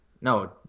No